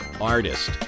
Artist